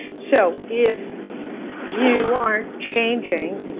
so if you aren't changing,